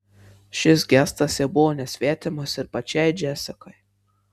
šis gestas jau buvo nesvetimas ir pačiai džesikai